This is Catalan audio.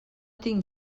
tinc